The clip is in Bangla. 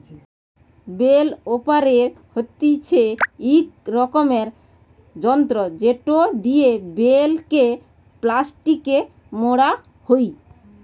বেল ওরাপের হতিছে ইক রকমের যন্ত্র জেটো দিয়া বেল কে প্লাস্টিকে মোড়া হই